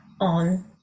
on